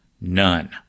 none